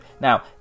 Now